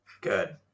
Good